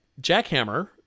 Jackhammer